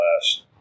last